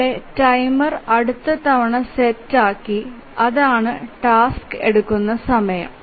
ഇവിടെ ടൈമർ അടുത്ത തവണ സെറ്റ് ആക്കി അതാണ് ടാസ്ക് എടുക്കുന്ന സമയം